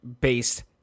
based